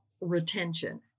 retention